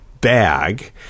bag